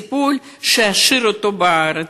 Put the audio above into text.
טיפול שישאיר אותו בארץ,